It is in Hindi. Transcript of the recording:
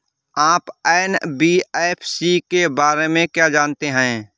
आप एन.बी.एफ.सी के बारे में क्या जानते हैं?